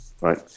right